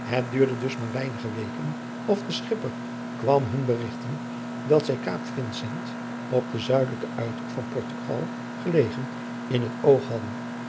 het duurde dus maar weinige weken of de schipper kwam hun berigten dat zij kaap vincent op den zuidelijken uithoek van portugal gelegen in het oog hadden